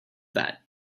that